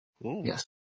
Yes